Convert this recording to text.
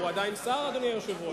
הוא עדיין שר, אדוני היושב-ראש?